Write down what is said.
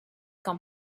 come